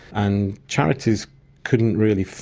and charities couldn't really,